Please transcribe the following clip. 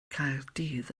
caerdydd